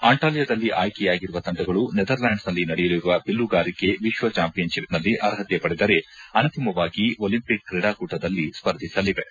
ಅಂಟಾಲ್ಕದಲ್ಲಿ ಆಯ್ಕೆಯಾಗಿರುವ ತಂಡಗಳು ನೆದರ್ಲ್ಕಾಂಡ್ಸ್ನಲ್ಲಿ ನಡೆಯಲಿರುವ ಬಿಲ್ಲುಗಾರಿಕೆ ವಿಶ್ವ ಚಾಂಪಿಯನ್ ಶಿಪ್ನಲ್ಲಿ ಅರ್ಹತೆ ವಡೆದರೆ ಅಂತಿಮವಾಗಿ ಒಲಿಂಪಿಕ್ ಕ್ರೀಡಾಕೂಟದಲ್ಲಿ ಸ್ಪರ್ಧಿಸಲಿವೆ